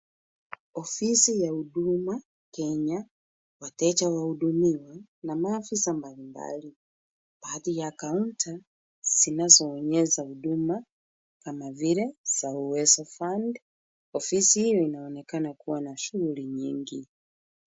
Ofisi ya Huduma Kenya, wateja wahudumiwa na maafisa mbalimbali. Baadhi ya kaunta zinazoonyesha huduma kama vile za Uwezo Fund. Ofisi hiyo inaonekana kuwa na shughuli nyingi.